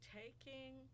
taking